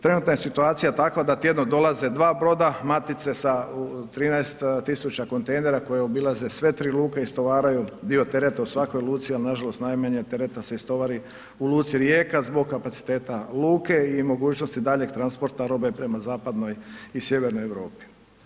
Trenutna je situacija takva da tjedno dolaze dva broda matice sa 13 tisuća kontejnera, koje obilaze sve tri luke, istovaruju dio tereta u svakoj luci, a nažalost najmanje tereta se istovari u luci Rijeka zbog kapaciteta luke i mogućnosti daljnjeg transporta robe prema zapadnoj i sjevernoj Europi.